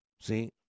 See